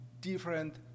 different